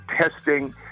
testing